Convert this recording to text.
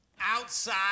outside